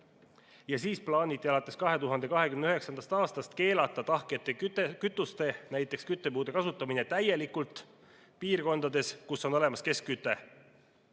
ja siis plaaniti alates 2029. aastast keelata tahkete kütuste, näiteks küttepuude kasutamine täielikult piirkondades, kus on olemas keskküte.